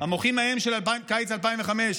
המוחים ההם של קיץ 2005,